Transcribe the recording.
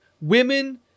women